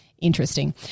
interesting